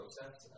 process